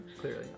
clearly